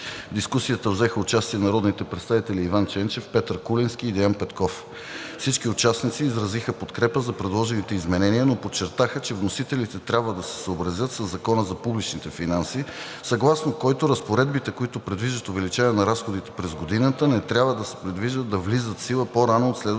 дискусията взеха участие народните представители Иван Ченчев, Петър Куленски и Деан Петков. Всички участници изразиха подкрепа за предложените изменения, но подчертаха, че вносителите трябва да се съобразят със Закона за публичните финанси, съгласно който разпоредбите, които предвиждат увеличаване на разходите през годината, не трябва да се предвижда да влизат в сила по-рано от следващата